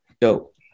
dope